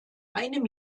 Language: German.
einem